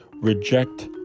reject